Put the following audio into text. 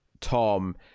Tom